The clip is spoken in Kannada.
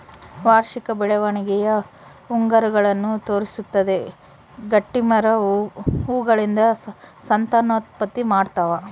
ವಾರ್ಷಿಕ ಬೆಳವಣಿಗೆಯ ಉಂಗುರಗಳನ್ನು ತೋರಿಸುತ್ತದೆ ಗಟ್ಟಿಮರ ಹೂಗಳಿಂದ ಸಂತಾನೋತ್ಪತ್ತಿ ಮಾಡ್ತಾವ